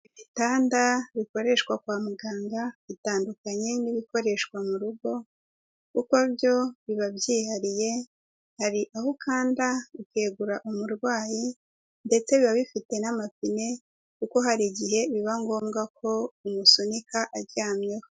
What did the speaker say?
Ibitanda bikoreshwa kwa muganga bitandukanye n'ibikoreshwa mu rugo kuko byo biba byihariye, hari aho ukanda bikegura umurwayi ndetse biba bifite n'amapine kuko hari igihe biba ngombwa ko umusunika aryamyeho.